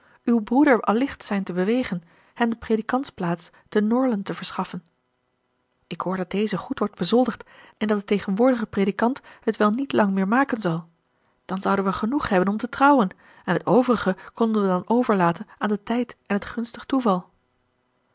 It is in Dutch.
uw broeder allicht zijn te bewegen hem de predikantsplaats te norland te verschaffen ik hoor dat deze goed wordt bezoldigd en dat de tegenwoordige predikant het wel niet lang meer maken zal dan zouden we genoeg hebben om te trouwen en het overige konden we dan overlaten aan den tijd en het gunstig toeval